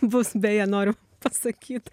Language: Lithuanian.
bus beje noriu pasakyt